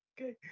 okay